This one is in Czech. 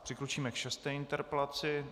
Přikročíme k šesté interpelaci.